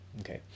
Okay